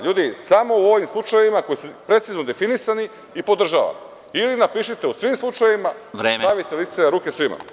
Ljudi, samo u ovim slučajevima koji su precizno definisani i podržava, ili napišite – u svim slučajevima, pa stavite lisice na ruke svima.